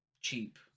cheap